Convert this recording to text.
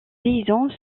paysans